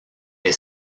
est